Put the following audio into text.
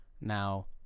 now